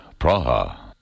Praha